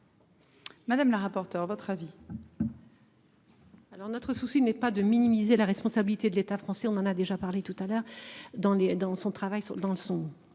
Madame la rapporteure votre avis. Alors notre souci n'est pas de minimiser la responsabilité de l'État français, on en a déjà parlé tout à l'heure dans les dans son travail dans son